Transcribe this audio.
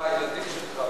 הילדים שלך.